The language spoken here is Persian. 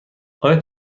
آیا